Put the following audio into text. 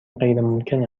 غیرممکن